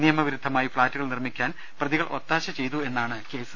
നിയമവി രുദ്ധമായി ഫ്ളാറ്റുകൾ നിർമിക്കാൻ പ്രതികൾ ഒത്താശചെയ്തു എന്നാണ് കേസ്